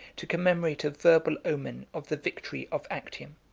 to commemorate a verbal omen of the victory of actium.